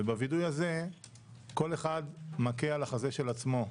ובווידוי הזה כל אחד מכה על החזה של עצמו,